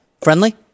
Friendly